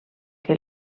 que